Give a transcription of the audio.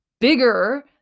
bigger